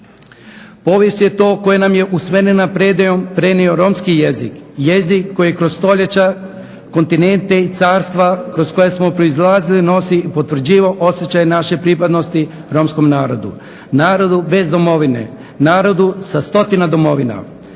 povijest je to koja nam je … predajom prenio romski jezik, jezik koji je kroz stoljeća kontinente i carstva kroz koja smo proizlazili nosi potvrđivao osjećaj naše pripadnosti romskom narodu. Narodu bez domovine, narodu sa stotina domovina,